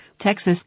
Texas